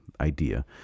idea